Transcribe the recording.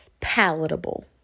palatable